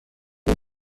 این